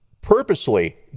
purposely